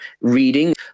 reading